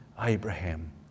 Abraham